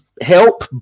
help